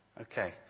Okay